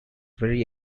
very